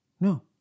no